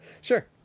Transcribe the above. sure